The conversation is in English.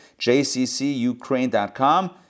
jccukraine.com